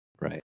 Right